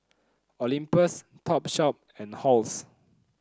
Olympus Topshop and Halls